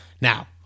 Now